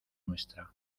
nuestra